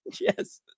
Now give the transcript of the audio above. yes